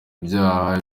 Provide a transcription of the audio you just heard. ibyaha